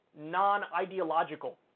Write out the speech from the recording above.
non-ideological